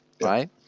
right